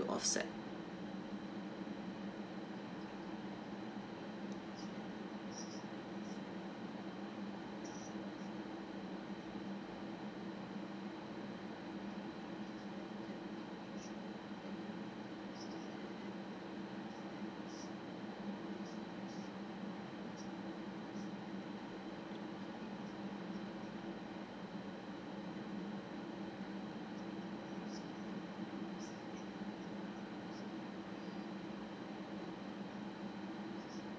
to offset